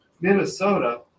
Minnesota